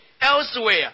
elsewhere